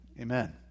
Amen